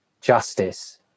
justice